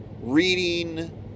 reading